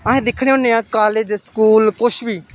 अस दिक्खने होन्ने आं कालज स्कूल कुछ बी